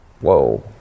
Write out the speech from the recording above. whoa